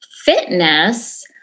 fitness